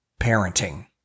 parenting